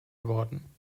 worden